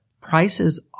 Prices